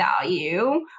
value